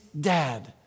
dad